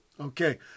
Okay